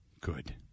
Good